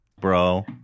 bro